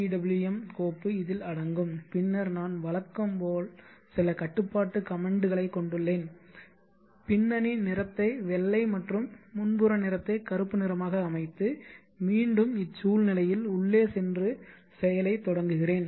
net கோப்பு இதில் அடங்கும் பின்னர் நான் வழக்கம் போல் சில கட்டுப்பாட்டு கமெண்டுகளை கொண்டுள்ளேன் பின்னணி நிறத்தை வெள்ளை மற்றும் முன்புற நிறத்தை கருப்பு நிறமாக அமைத்து மீண்டும் இச்சூழ்நிலையில் உள்ளே சென்று செயலைத் தொடங்குகிறேன்